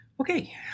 Okay